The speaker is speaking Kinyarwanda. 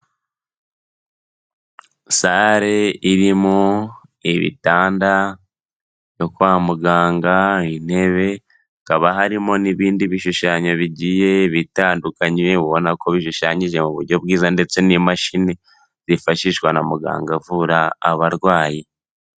Sale irimo ibitanda byo kwa muganga, intebe hakaba harimo n'ibindi bishushanyo bigiye bitandukanye ubona ko bijishanyije muburyo bwiza ndetse n'imashini zifashishwa na muganga avura abarwayi.